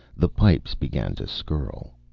the pipes began to skirl.